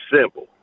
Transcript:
simple